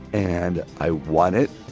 and i won it,